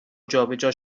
جابجا